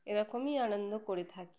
এরকমই আনন্দ করে থাকি